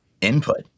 input